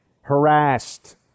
harassed